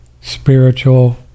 spiritual